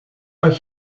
mag